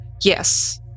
Yes